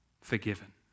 forgiven